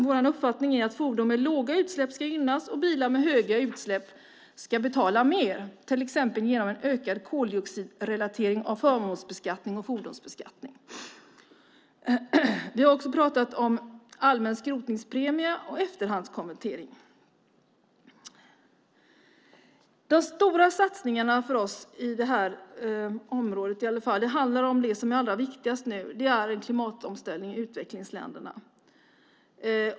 Vår uppfattning är att fordon med låga utsläpp ska gynnas, och bilar med höga utsläpp ska betala mer till exempel genom en koldioxidrelatering av förmånsbeskattning och fordonsbeskattning. Vi har också talat om allmän skrotningspremie och efterhandskonvertering. De stora satsningarna för oss på det här området handlar om det som nu är allra viktigast, nämligen en klimatomställning i utvecklingsländerna.